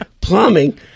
plumbing